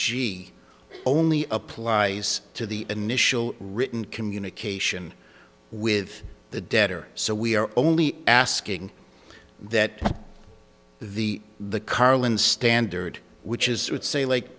g only applies to the initial written communication with the debtor so we're only asking that the the carlin standard which is would say like